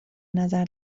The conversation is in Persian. نظر